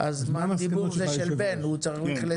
הזמן עכשיו הוא של בן והוא צריך לסכם.